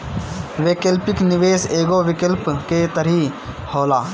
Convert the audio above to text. वैकल्पिक निवेश एगो विकल्प के तरही होला